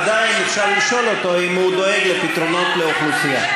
עדיין אפשר לשאול אותו אם הוא דואג לפתרונות לאוכלוסייה.